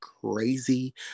crazy